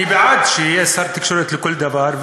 אני בעד שיהיה שר תקשורת לכל דבר,